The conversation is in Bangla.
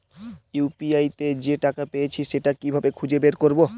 ইউ.পি.আই তে যে টাকা পেয়েছি সেটা কিভাবে খুঁজে বের করবো?